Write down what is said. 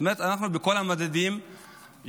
זאת אומרת, אנחנו בכל המדדים יותר.